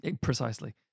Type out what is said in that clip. Precisely